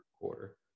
quarter